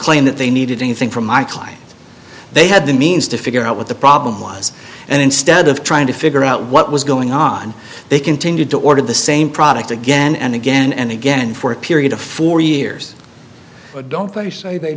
claim that they needed anything from my client they had the means to figure out what the problem was and instead of trying to figure out what was going on they continued to order the same product again and again and again for a period of four years don't